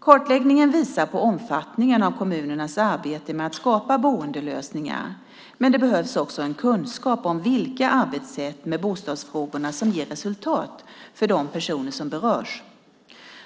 Kartläggningen visar på omfattningen av kommunernas arbete med att skapa boendelösningar, men det behövs också en kunskap om vilka sätt att arbeta med bostadsfrågorna som ger resultat för de personer som berörs.